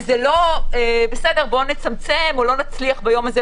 זה לא בואו נצמצם או שלא נצליח להצליח לצמצם ביום הזה,